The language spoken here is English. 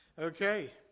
Okay